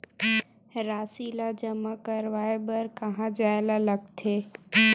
राशि ला जमा करवाय बर कहां जाए ला लगथे